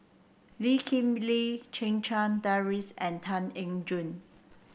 Lee Kip Lee Checha Davies and Tan Eng Joo